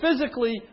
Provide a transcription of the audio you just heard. physically